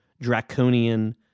draconian